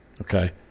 Okay